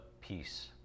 peace